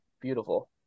beautiful